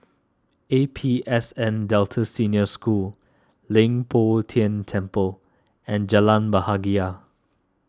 A P S N Delta Senior School Leng Poh Tian Temple and Jalan Bahagia